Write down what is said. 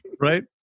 Right